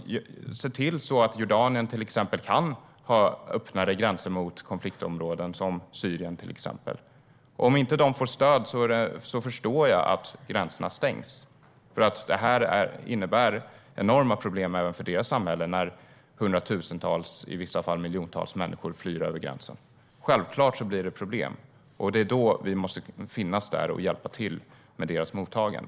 Vi bör se till att Jordanien kan ha öppnare gränser mot konfliktområden som Syrien. Jag förstår att gränserna stängs om dessa länder inte får stöd, för det innebär enorma problem för deras samhällen när hundratusentals, i vissa fall miljontals, människor flyr över gränserna. Det blir självklart problem, och då måste vi finnas där och hjälpa till med deras mottagande.